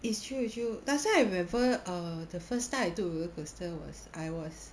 it's true it's true last time I remember err the first time I took the roller coaster was I was